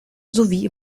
sowie